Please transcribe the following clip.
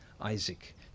Isaac